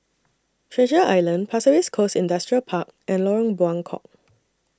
Treasure Island Pasir Ris Coast Industrial Park and Lorong Buangkok